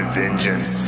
vengeance